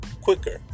quicker